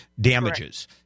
damages